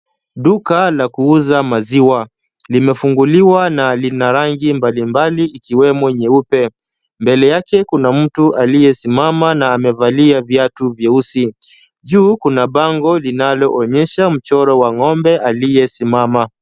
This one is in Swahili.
Duka la kuuza maziwa, limefunguliwa na lina rangi mbalimbali ikiwemo nyeupe. Mbele yake kuna mtu aliyesimama na amevalia viatu vyeusi. Juu kuna bango linaloonyesha mchoro wa ng'ombe aliyesimama.